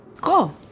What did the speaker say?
Cool